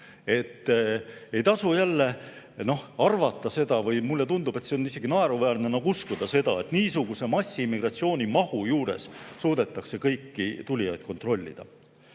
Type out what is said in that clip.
Ei tasu jälle arvata või mulle tundub, et on isegi naeruväärne uskuda seda, et niisuguse massiimmigratsiooni mahu juures suudetakse kõiki tulijaid kontrollida.